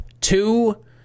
Two